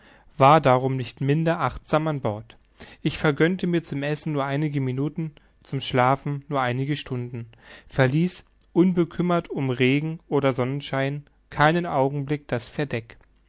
war darum nicht minder achtsam an bord ich vergönnte mir zum essen nur einige minuten zum schlafen nur einige stunden verließ unbekümmert um regen oder sonnenschein keinen augenblick das verdeck